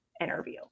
interview